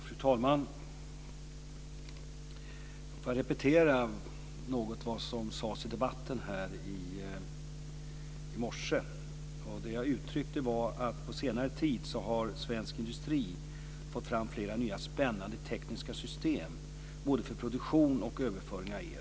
Fru talman! Låt mig repetera något av vad som sades i debatten här i morse. Det jag uttryckte var att svensk industri på senare tid har fått fram flera nya, spännande tekniska system, både för produktion och för överföring av el.